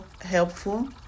helpful